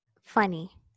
funny